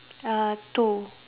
uh two